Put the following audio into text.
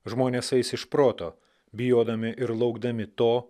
žmonės eis iš proto bijodami ir laukdami to